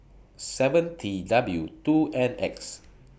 seven T W two N X